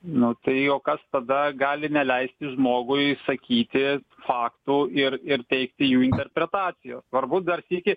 nu tai o kas tada gali neleisti žmogui sakyti faktų ir ir teigti jų interpretacijos svarbu dar sykį